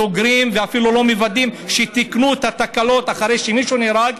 סוגרים ואפילו לא מוודאים שתיקנו לפי התקנות אחרי שמישהו נהרג,